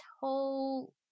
whole